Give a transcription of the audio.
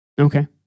Okay